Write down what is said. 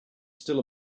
still